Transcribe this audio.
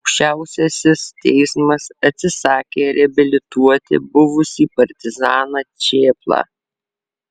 aukščiausiasis teismas atsisakė reabilituoti buvusį partizaną čėplą